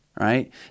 right